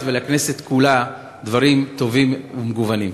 ולכנסת כולה דברים טובים ומגוונים.